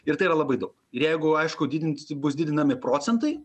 ir tai yra labai daug ir jeigu aišku didinsi bus didinami procentai